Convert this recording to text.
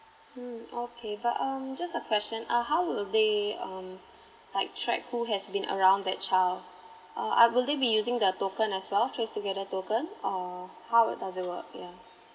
mm okay but um just a question uh how will they um like track who has been around that child uh will they be using the token as well together token um how does it work